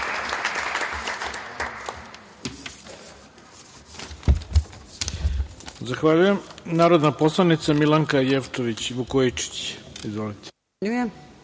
Zahvaljujem. Reč ima narodna poslanica Milanka Jevtović Vukojičić. Izvolite.